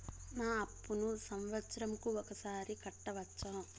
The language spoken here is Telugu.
నా అప్పును సంవత్సరంకు ఒకసారి కట్టవచ్చా?